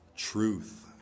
truth